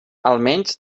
almenys